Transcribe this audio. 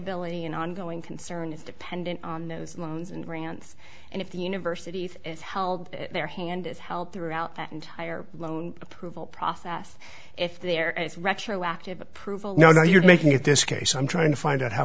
and ongoing concern is dependent on those loans and grants and if the universities is held in their hand is help throughout that entire loan approval process if there is retroactive approval you're making it this case i'm trying to find out how